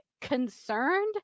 concerned